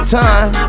time